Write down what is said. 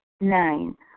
Nine